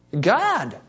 God